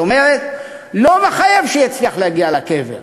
זאת אומרת, לא מחייב שהוא יצליח להגיע לקבר.